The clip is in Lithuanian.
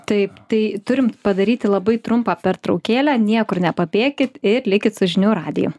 taip tai turim padaryti labai trumpą pertraukėlę niekur nepabėkit ir likit su žinių radiju